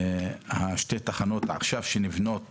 שתי התחנות שנבנות עכשיו